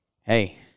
hey